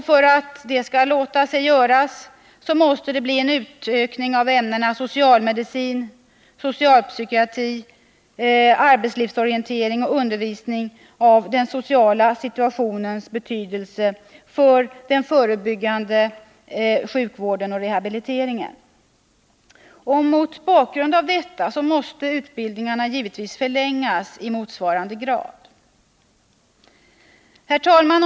För att detta skall låta sig göras måste det bli en utökning av ämnena socialmedicin, socialpsykiatri och arbetslivsorientering liksom undervisning om den sociala situationens betydelse för den förebyggande sjukvården och för rehabiliteringen. Mot denna bakgrund måste utbildningen givetvis förlängas i motsvarande grad. Herr talman!